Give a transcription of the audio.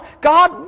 God